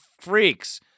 freaks